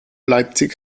leipzig